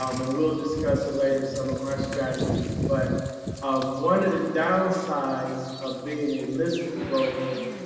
um and we'll discuss it later. some of my strategies, but one of the downsides of being a listing broker,